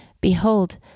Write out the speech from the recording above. Behold